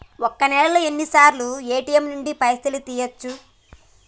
ఒక్క నెలలో ఎన్నిసార్లు ఏ.టి.ఎమ్ నుండి పైసలు తీయచ్చు?